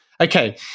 Okay